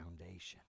foundation